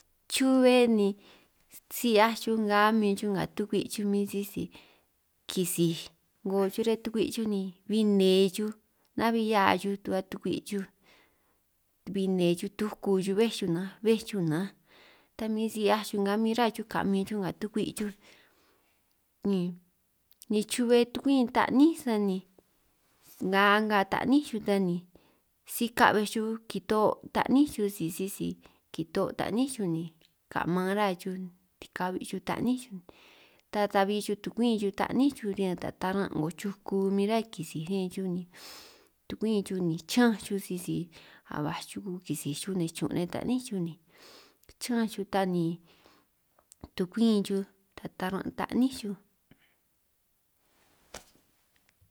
Chube ni si 'hiaj xuj nga a'min xuj nga tukwi' xuj min sisi kisi 'ngo xuj riñan tukwi' xuj ni, bin nne xuj nabi hia xuj tu'ba tukwi' xuj bin nne xuj tuku xuj bbéj xuj nanj bbéj xuj nanj, ta min si 'hiaj xuj nga min rá xuj kamin xuj nga tukwi' xuj, ni chube tukwín sani nga a'nga ta'ní xuj ta ni si kabbe xuj kito'o ta'ní xuj si sisi kito'o ta'ní xuj ni ka'man rá xuj tikabi' xuj ta'ní xuj, ta ta'bi xuj tukumin xuj ta'ní xuj riñan ta taran' 'ngo chuku min rá kisij riñan xuj ni, tukwin xuj ni chi'ñanj xuj sisi a baj chuku kisij xuj nichun' riñan ta'ní xuj ni, chiñanj xuj ta ni tukwin xuj ta taran' ta'ní xuj.